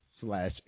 slash